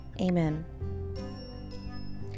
Amen